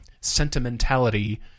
sentimentality